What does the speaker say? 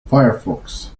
فَيَرفُكس